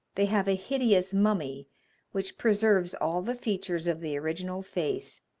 they have a hideous mummy which preserves all the features of the original face,